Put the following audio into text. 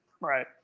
right